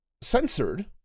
censored